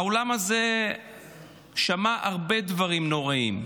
האולם הזה שמע הרבה דברים נוראיים.